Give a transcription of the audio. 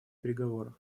переговоров